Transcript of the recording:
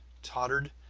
tottered,